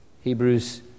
Hebrews